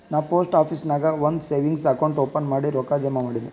ನಾ post office ನಾಗ್ ಒಂದ್ ಸೇವಿಂಗ್ಸ್ ಅಕೌಂಟ್ ಓಪನ್ ಮಾಡಿ ರೊಕ್ಕಾ ಜಮಾ ಮಾಡಿನಿ